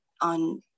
on